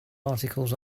articles